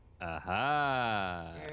Aha